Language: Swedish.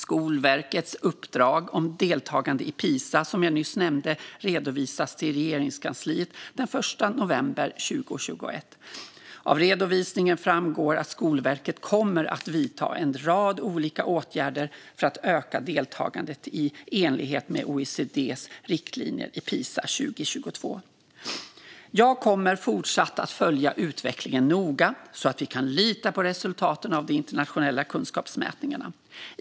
Skolverkets uppdrag om deltagande i Pisa som jag nyss nämnde redovisades till Regeringskansliet den 1 november 2021. Av redovisningen framgår att Skolverket kommer att vidta en rad olika åtgärder för att öka deltagandet i enlighet med OECD:s riktlinjer i Pisa 2022. Jag kommer fortsatt att följa utvecklingen noga så att vi kan lita på resultaten av de internationella kunskapsmätningarna.